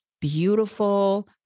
beautiful